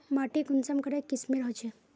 माटी कुंसम करे किस्मेर होचए?